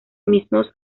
mismos